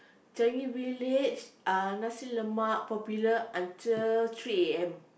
Changi-Village ah nasi-lemak popular until three A_M